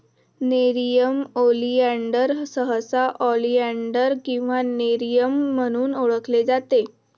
nerium oleander सहसा oleander किंवा nerium म्हणून ओळखले जाते